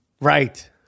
Right